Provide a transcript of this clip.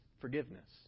forgiveness